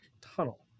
tunnel